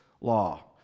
law